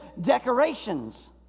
decorations